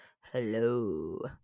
Hello